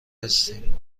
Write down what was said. هستیم